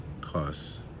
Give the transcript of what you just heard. costs